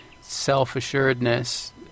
self-assuredness